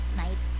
night